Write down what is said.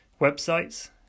Websites